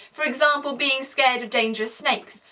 for example being scared of dangerous snakes.